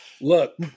Look